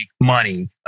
money